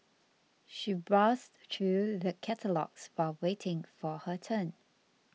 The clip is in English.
she browsed through the catalogues while waiting for her turn